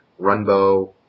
Runbow